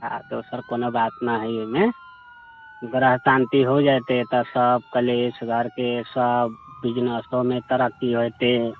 आ दोसर कोनो बात नहि हइ ओहिमे ग्रह शान्ति हो जेतै तऽ सब कलेश घरके सब बिजनसोमे तरक्की होतै